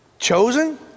Chosen